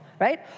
Right